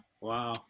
Wow